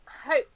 Hope